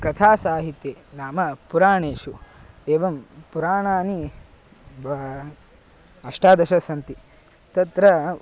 कथासाहित्ये नाम पुराणेषु एवं पुराणानि वा अष्टादश सन्ति तत्र